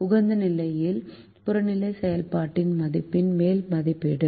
உகந்த நிலையில் புறநிலை செயல்பாட்டின் மதிப்பின் மேல் மதிப்பீடு